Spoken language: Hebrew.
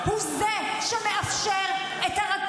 שרן,